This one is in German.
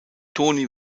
tony